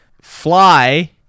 fly